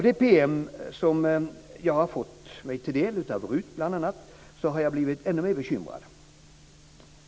Den PM som jag har fått mig till del av bl.a. RUT har gjort mig ännu mer bekymrad.